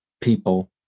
people